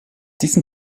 diesem